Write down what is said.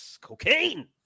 Cocaine